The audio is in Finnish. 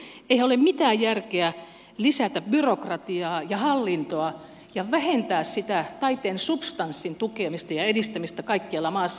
eihän ole mitään järkeä lisätä byrokratiaa ja hallintoa ja vähentää sitä taiteen substanssin tukemista ja edistämistä kaikkialla maassa